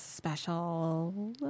special